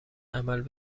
عمل